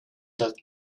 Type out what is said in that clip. that